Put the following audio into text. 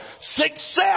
success